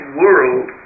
world